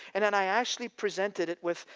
and then i actually presented it with.